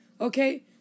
Okay